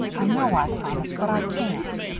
i know i promised, but i can't.